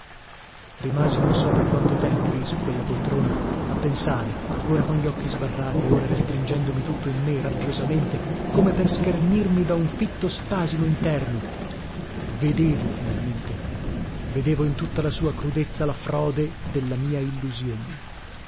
rimasi non so per quanto tempo lì su quella poltrona a pensare ora con gli occhi sbarrati ora restringendomi tutto in me rabbiosamente come per schermirmi da un fitto spasimo interno vedevo finalmente vedevo in tutta la sua crudezza la frode della mia illusione